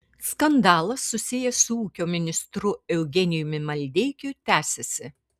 skandalas susijęs su ūkio ministru eugenijumi maldeikiu tęsiasi